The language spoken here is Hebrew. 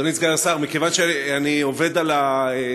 אדוני סגן השר, מכיוון שאני עובד על החוק